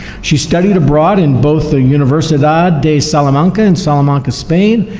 she studied abroad in both the universidad de salamanca in salamanca, spain,